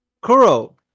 Kuro